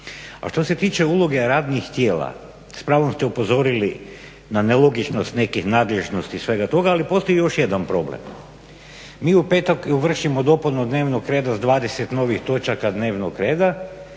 A što se tiče uloge radnih tijela s pravom ste upozorili na nelogičnost nekih nadležnosti i svega toga, ali postoji još jedan problem. Mi u petak vršimo dopunu dnevnog reda s 20 novih točaka dnevnog reda